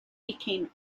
became